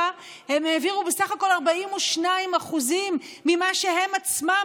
הם העבירו בסך הכול 42% ממה שהם עצמם,